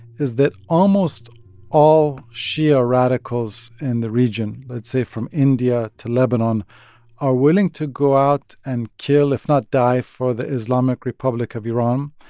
is that almost all shia radicals in the region let's say from india to lebanon are willing to go out and kill, if not die, for the islamic republic of iran,